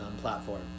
platform